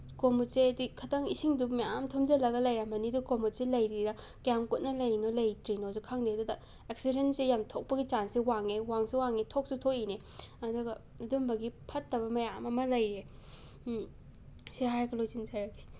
ꯀꯣꯃꯨꯠꯁꯦ ꯍꯥꯏꯗꯤ ꯈꯇꯪ ꯏꯁꯤꯡꯗꯨ ꯃꯌꯥꯝ ꯊꯨꯝꯖꯤꯜꯂꯒ ꯂꯩꯔꯝꯃꯅꯤ ꯑꯗꯨꯒ ꯀꯣꯃꯨꯠꯁꯦ ꯂꯩꯔꯤꯔꯥ ꯀ꯭ꯌꯥꯝ ꯀꯨꯠꯅ ꯂꯩꯔꯤꯅꯣ ꯂꯩꯇ꯭ꯔꯤꯅꯣꯁꯨ ꯈꯪꯗꯦ ꯑꯗꯨꯗ ꯑꯦꯛꯁꯤꯗꯦꯟꯁꯤ ꯌꯥꯝ ꯊꯣꯛꯄꯒꯤ ꯆꯥꯟꯁꯁꯦ ꯋꯥꯡꯉꯦ ꯋꯥꯡꯁꯨ ꯋꯥꯡꯉꯤ ꯊꯣꯛꯁꯨ ꯊꯣꯛꯏꯅꯤ ꯑꯗꯨꯒ ꯑꯗꯨꯝꯕꯒꯤ ꯐꯠꯇꯕ ꯃꯌꯥꯝ ꯑꯃ ꯂꯩꯌꯦ ꯁꯤ ꯍꯥꯏꯔꯒ ꯂꯣꯏꯁꯤꯟꯖꯔꯒꯦ